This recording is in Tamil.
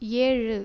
ஏழு